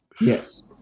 Yes